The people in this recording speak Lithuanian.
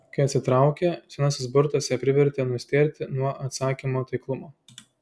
kai atitraukė senasis burtas ją privertė nustėrti nuo atsakymo taiklumo